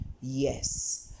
yes